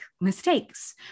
mistakes